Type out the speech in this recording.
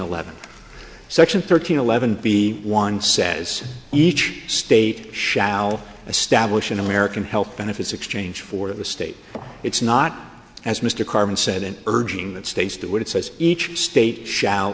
eleven section thirteen eleven b one says each state shall establish an american health benefits exchange for the state but it's not as mr carlin said in urging that states that what it says each state sh